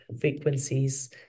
frequencies